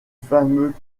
fameux